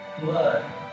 blood